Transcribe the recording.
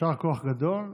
יישר כוח גדול.